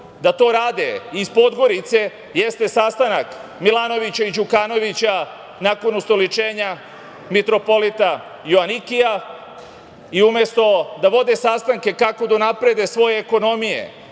da to rade iz Podgorice jeste sastanak Milanovića i Đukanovića nakon ustoličenja mitropolita Joanikija i umesto da vode sastanke kako da unaprede svoje ekonomije